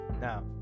now